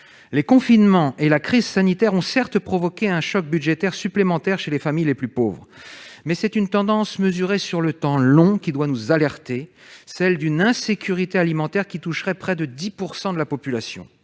Les confinements et la crise sanitaire ont, certes, provoqué un choc budgétaire supplémentaire chez les familles les plus pauvres ; pourtant, c'est la tendance mesurée sur le temps long qui doit nous alerter, soit une insécurité alimentaire qui toucherait près de 10 % de la population.